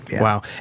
wow